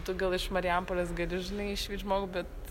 tu gal iš marijampolės gali žinai išvyt žmogų bet